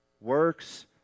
works